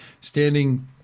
standing